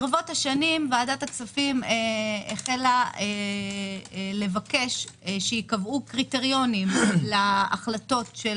ברבות השנים ועדת הכספים החלה לבקש שייקבעו קריטריונים להחלטות של